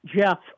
Jeff